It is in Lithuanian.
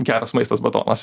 geras maistas batonas